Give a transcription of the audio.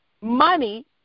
money